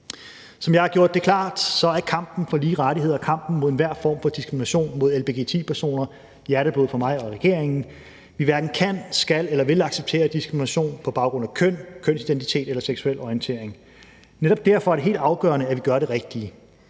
Som jeg har gjort det klart, er kampen for lige rettigheder, kampen mod enhver form for diskrimination mod lgbti-personer hjerteblod for mig og regeringen. Vi hverken kan, skal og vil ikke acceptere diskrimination på baggrund af køn, kønsidentitet eller seksuel orientering. Netop derfor er det helt afgørende, at vi gør det rigtige.